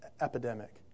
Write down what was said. epidemic